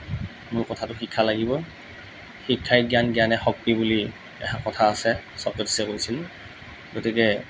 মূল কথাটো শিক্ষা লাগিবই শিক্ষাই জ্ঞান জ্ঞানেই শক্তি বুলি এষাৰ কথা আছে চক্ৰেটিছে কৈছিল গতিকে